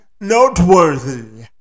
noteworthy